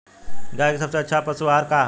गाय के सबसे अच्छा पशु आहार का ह?